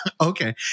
Okay